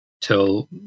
till